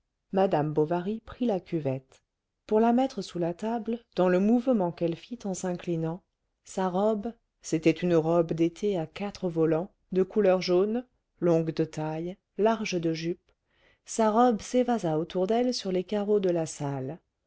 madame bovary prit la cuvette pour la mettre sous la table dans le mouvement qu'elle fit en s'inclinant sa robe c'était une robe d'été à quatre volants de couleur jaune longue de taille large de jupe sa robe s'évasa autour d'elle sur les carreaux de la salle